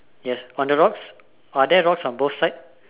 yes on the rocks are there rocks on both side